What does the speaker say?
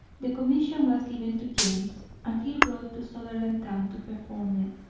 the commission was given to james and he rode to sutherlandtown to perform it.